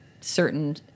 certain